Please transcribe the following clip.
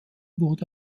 wurde